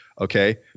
okay